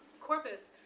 corpus.